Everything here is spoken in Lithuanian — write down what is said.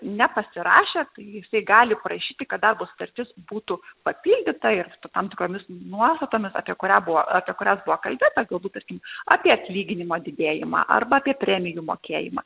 nepasirašė tai jisai gali prašyti kad darbo sutartis būtų papildyta ir tam tikromis nuostatomis apie kurią buvo apie kurias buvo kalbėta galbūt tarkim apie atlyginimo didėjimą arba apie premijų mokėjimą